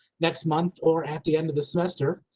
next month or at the end of the semester.